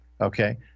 Okay